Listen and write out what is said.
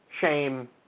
shame